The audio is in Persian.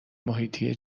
محیطی